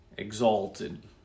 exalted